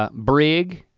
ah brig,